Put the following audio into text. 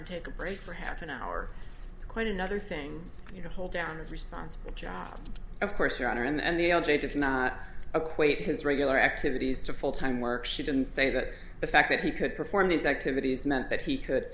and take a break for half an hour quite another thing you know hold down a responsible job of course your honor and the outrage of a quake his regular activities to full time work she didn't say that the fact that he could perform these activities meant that he could